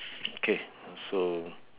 okay so